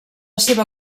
seva